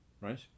right